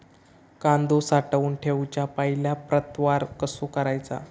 कांदो साठवून ठेवुच्या पहिला प्रतवार कसो करायचा?